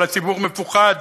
אבל הציבור מפוחד,